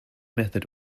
method